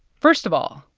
first of all,